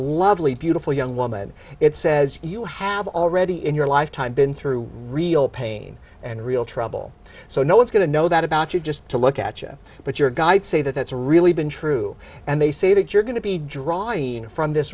lovely beautiful young woman it says you have already in your lifetime been through real pain and real trouble so no one's going to know that about you just to look at you but your guide say that that's really been true and they say that you're going to be drawing fro